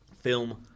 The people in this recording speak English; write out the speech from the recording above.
Film